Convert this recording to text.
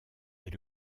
est